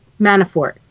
Manafort